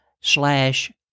slash